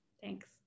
Thanks